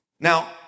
Now